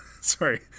Sorry